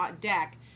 deck